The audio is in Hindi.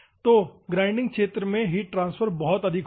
तो ग्राइंडिंग क्षेत्र में हीट ट्रांसफर बहुत अधिक होगा